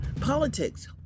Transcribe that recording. politics